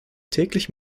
täglich